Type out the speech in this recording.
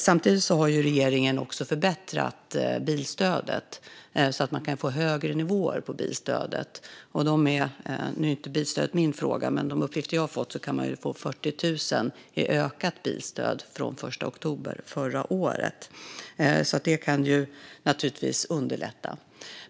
Samtidigt har regeringen förbättrat bilstödet så att man kan få högre nivåer på bilstödet. Nu är inte bilstödet min fråga, men de uppgifter jag har fått visar att man kan få 40 000 i ökat bilstöd från den 1 oktober förra året. Det kan naturligtvis underlätta.